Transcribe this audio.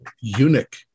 eunuch